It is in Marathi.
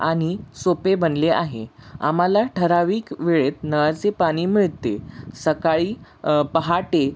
आणि सोपे बनले आहे आम्हाला ठराविक वेळेत नळाचे पाणी मिळते सकाळी पहाटे